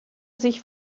sich